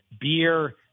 beer